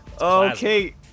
Okay